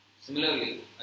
Similarly